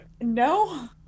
No